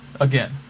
again